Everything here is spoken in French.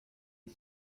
est